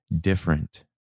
different